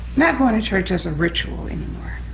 not going to church as a ritual anymore.